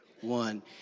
One